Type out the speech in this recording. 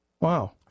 Wow